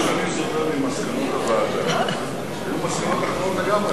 אבל מה שאני זוכר ממסקנות הוועדה, היו מסקנות